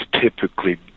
typically